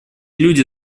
люди